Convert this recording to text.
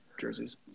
jerseys